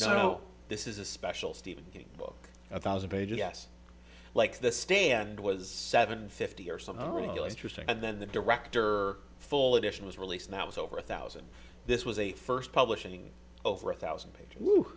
so this is a special stephen king book a thousand pages like the stand was seven fifty or something really interesting and then the director full edition was released that was over a thousand this was a first publishing over a thousand pages o